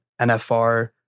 NFR